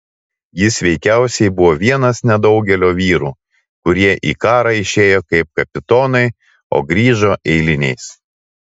jis veikiausiai buvo vienas nedaugelio vyrų kurie į karą išėjo kaip kapitonai o grįžo eiliniais